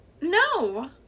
no